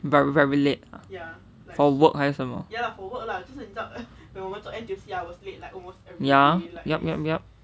very very late for work 还是什么 ya yup yup yup